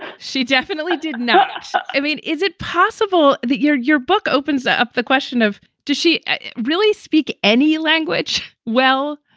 she definitely did not. i mean, is it possible that your your book opens up the question of does she really speak any language? well,